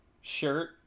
shirt